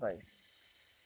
you want to give yourself